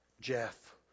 Jeff